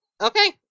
Okay